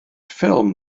ffilm